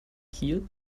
kiel